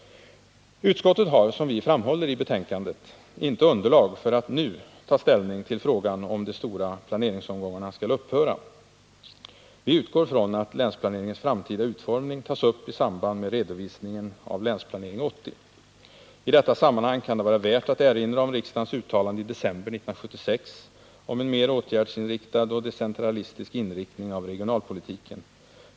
Utskottet har, som vi framhåller i betänkandet, inte underlag för att nu ta ställning till frågan om de stora planeringsomgångarna skall upphöra. Vi utgår från att länsplaneringens framtida utformning tas upp i samband med redovisning av Länsplanering 80. I detta sammanhang kan det vara värt att erinra om riksdagens uttalande i december 1976 om en mer åtgärdsinriktad och decentralistisk inriktning av regionalpolitiken.